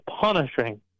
punishing